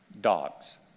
dogs